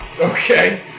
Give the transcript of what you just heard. Okay